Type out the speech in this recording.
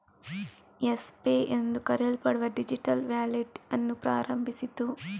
Yes Pay ಎಂದು ಕರೆಯಲ್ಪಡುವ digital wallet ಅನ್ನು ಪ್ರಾರಂಭಿಸಿತು